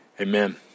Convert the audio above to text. amen